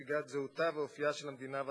ובסוגיית זהותה ואופיה של המדינה והחברה.